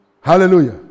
Hallelujah